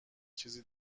چیزی